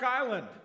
Island